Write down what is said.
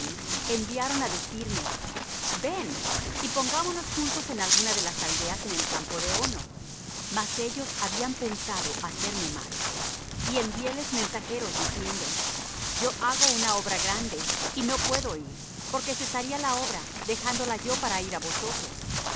enviaron á decirme ven y compongámonos juntos en alguna de las aldeas en el campo de ono mas ellos habían pensado hacerme mal y enviéles mensajeros diciendo yo hago una grande obra y no puedo ir porque cesaría la obra dejándola yo para ir á vosotros